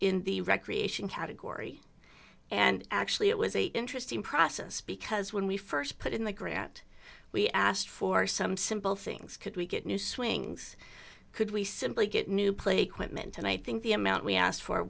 in the recreation category and actually it was a interesting process because when we st put in the grant we asked for some simple things could we get new swings could we simply get new play quick meant and i think the amount we asked for